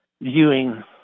viewing